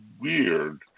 weird